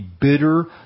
bitter